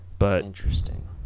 Interesting